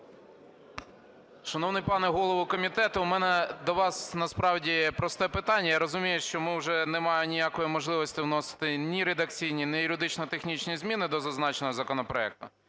Шановний пане голово комітету, у мене до вас насправді просте питання. Я розумію, що ми вже не маємо ніякої можливості вносити ні редакційні, ні юридично-технічні зміни до зазначеного законопроекту,